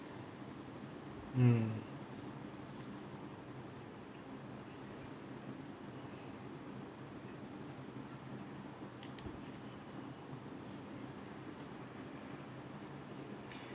mm